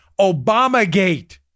Obamagate